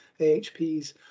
AHPs